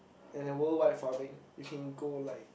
and a world wide farming you can go like